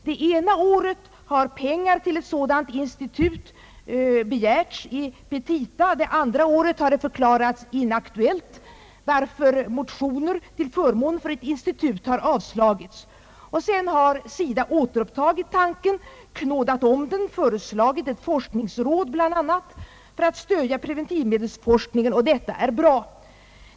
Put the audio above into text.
Det ena året har pengar till ett sådant institut begärts i petita, det andra året har institutet förklarats inaktuellt, varför motioner till förmån för ett institut avslagits. Sedan har SIDA återupptagit tanken, knådat om den, föreslagit ett forskningsråd bl.a. för att stödja preventivmedelsforskningen, och detta är bra.